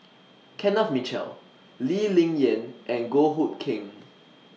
Kenneth Mitchell Lee Ling Yen and Goh Hood Keng